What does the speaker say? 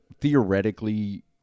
theoretically